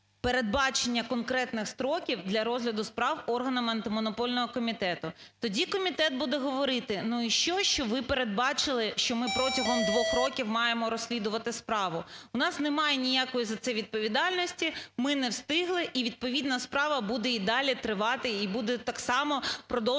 передбачення конкретних строків для розгляду справ органами Антимонопольного комітету. Тоді комітет буде говорити, ну і що, що ви передбачили, що ми протягом 2 років маємо розслідувати справу, у нас немає ніякої за це відповідальності, ми не встигли. І відповідна справа буде і далі тривати, і будуть так само продовжуватися